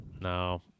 No